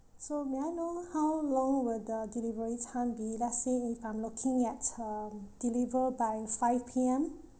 so may I know how long will the delivery time be let's say if I'm looking at um deliver by five P_M